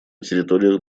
территории